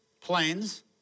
planes